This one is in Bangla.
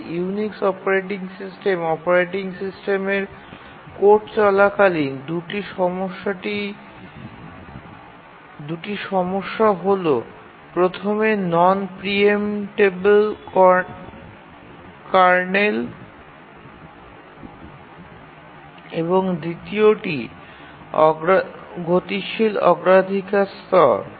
তবে ইউনিক্স অপারেটিং সিস্টেম অপারেটিং সিস্টেমের কোড চলাকালীন দুটি সমস্যা হল প্রথমে নন প্রিএম্পটেবিল কার্নেল এবং দ্বিতীয়ত গতিশীল অগ্রাধিকার স্তর